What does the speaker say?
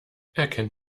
erkennt